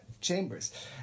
chambers